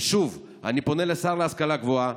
ושוב, אני פונה לשר להשכלה גבוהה: